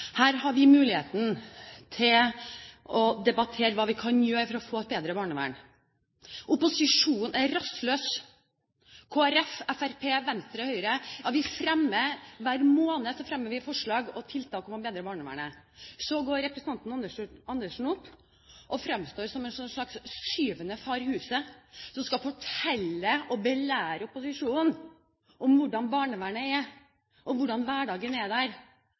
Her har vi muligheten til å debattere hva vi kan gjøre for å få et bedre barnevern. Opposisjonen er rastløs! Kristelig Folkeparti, Fremskrittspartiet, Venstre og Høyre fremmer hver måned forslag om og tiltak for å bedre barnevernet. Så går representanten Andersen opp og fremstår som en slags syvende far i huset, som skal fortelle og belære opposisjonen hvordan barnevernet er, og hvordan hverdagen der er.